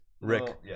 Rick